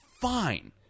Fine